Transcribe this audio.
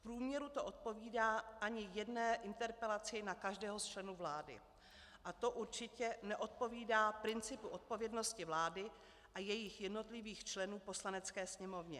V průměru to neodpovídá ani jedné interpelaci na každého z členů vlády a to určitě neodpovídá principu odpovědnosti vlády a jejích jednotlivých členů Poslanecké sněmovně.